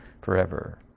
forever